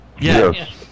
Yes